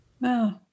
No